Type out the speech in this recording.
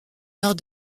nord